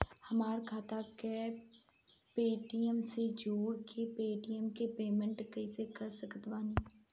हमार खाता के पेटीएम से जोड़ के पेटीएम से पेमेंट कइसे कर सकत बानी?